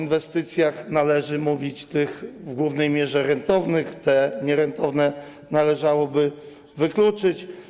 Należy mówić o inwestycjach w głównej mierze rentownych, te nierentowne należałoby wykluczyć.